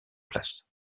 place